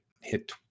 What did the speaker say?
hit